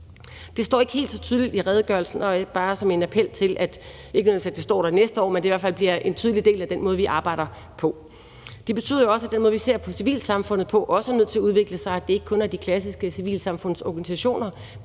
Det står ikke helt så tydeligt i redegørelsen, og det her er bare en appel til, ikke nødvendigvis at det står der næste år, men at det i hvert fald bliver en tydelig del af den måde, vi arbejder på. Kl. 15:45 Det betyder også, at den måde, vi ser på civilsamfundet på, også er nødt til at udvikle sig: at det ikke kun handler om de klassiske civilsamfundsorganisationer,